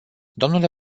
domnule